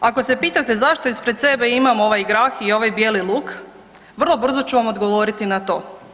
Ako se pitate zašto ispred sebe imam ovaj grah i ovaj bijeli luk vrlo brzo ću vam odgovoriti na to.